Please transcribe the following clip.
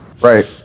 Right